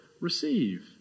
receive